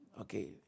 okay